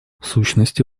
сущности